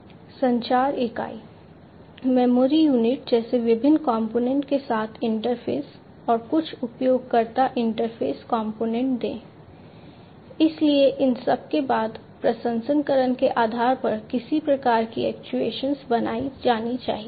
संचार इकाई memory unit जैसे विभिन्न कंपोनेंट बनाई जानी चाहिए